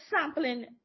sampling